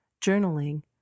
journaling